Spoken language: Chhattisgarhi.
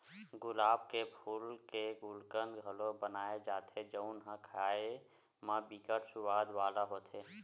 गुलाब के फूल के गुलकंद घलो बनाए जाथे जउन ह खाए म बिकट सुवाद वाला होथे